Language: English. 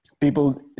people